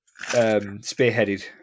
spearheaded